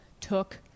took